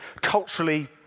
culturally